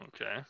Okay